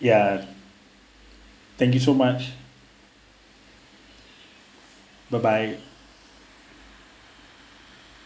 ya thank you so much bye bye